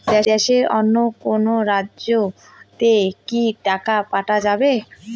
দেশের অন্য কোনো রাজ্য তে কি টাকা পাঠা যাবে?